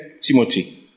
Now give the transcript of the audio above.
Timothy